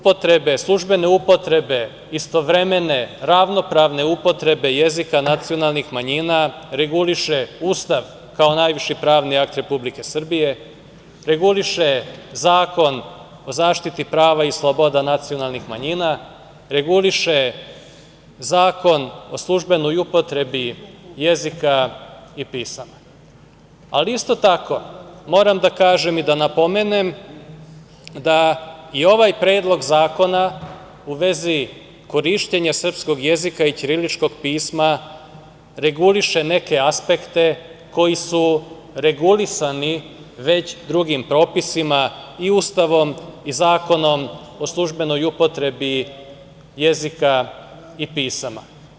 Pravo službene upotrebe, istovremene, ravnopravne upotrebe jezika nacionalnih manjina reguliše Ustav kao najviši pravni akt Republike Srbije, reguliše Zakon o zaštiti prava i sloboda nacionalnih manjina, reguliše Zakon o službenoj upotrebi jezika i pisama, ali isto tako moram da kažem i da napomenem da je ovaj Predlog zakona u vezi korišćenja srpskog jezika i ćiriličkog pisma reguliše neke aspekte koji su regulisani već drugim propisima i Ustavom i Zakonom o službenoj upotrebi jezika i pisama.